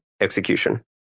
execution